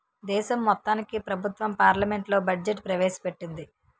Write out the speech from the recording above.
దేశం మొత్తానికి ప్రభుత్వం పార్లమెంట్లో బడ్జెట్ ప్రవేశ పెట్టింది